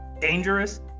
dangerous